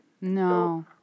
No